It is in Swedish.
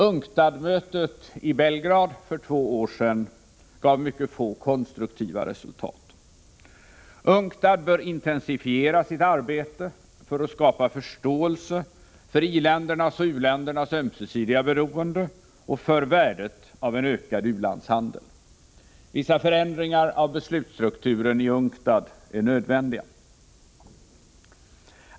UNCTAD-mötet i Belgrad för två år sedan gav mycket få konstruktiva resultat. UNCTAD bör intensifiera sitt arbete för att skapa förståelse för i-ländernas och u-ländernas ömsesidiga beroende och för värdet av en ökad u-landshandel. Vissa förändringar av beslutsstrukturen i UNCTAD är nödvändiga.